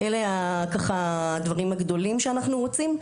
אלה הדברים הגדולים שאנחנו רוצים.